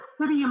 city